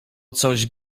coś